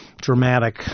dramatic